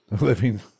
living